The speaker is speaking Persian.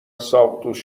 ساقدوش